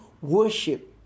worship